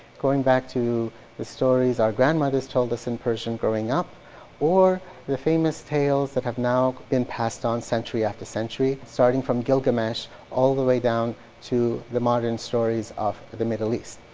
going back to the stories our grandmothers told us in persia growing up or the famous tales that have now been passed on century after century starting from gilgamesh all the way down to the modern stories of the the middle east.